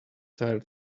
tired